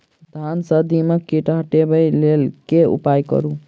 धान सँ दीमक कीट हटाबै लेल केँ उपाय करु?